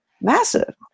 massive